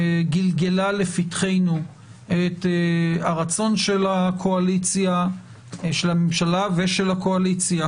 גלגלה לפתחנו את הרצון של הממשלה ושל הקואליציה